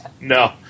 No